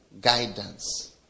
guidance